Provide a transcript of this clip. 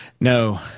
no